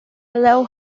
allow